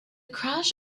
crash